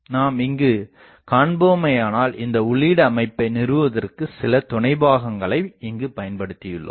நாம் இங்குக் காண்போமேயானால் இந்த உள்ளீடு அமைப்பை நிறுவுவதற்குச் சில துணை பாகங்களை இங்குப் பயன்படுத்தியுள்ளோம்